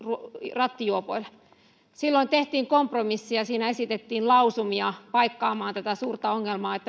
rattijuopoille silloin tehtiin kompromissi ja siinä esitettiin lausumia paikkaamaan tätä suurta ongelmaa